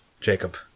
Jacob